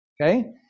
Okay